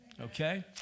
okay